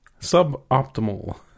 Suboptimal